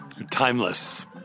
timeless